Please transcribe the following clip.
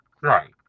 right